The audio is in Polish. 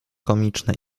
komiczne